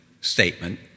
statement